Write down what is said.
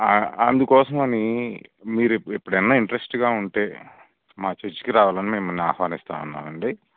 అందుకోసం అని మీరు ఎప్పుడు అయినా ఇంట్రెస్ట్గా ఉంటే మా చర్చికి రావాలని మిమ్మల్ని ఆహ్వానిస్తున్నామండి